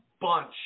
bunch